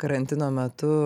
karantino metu